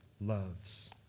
loves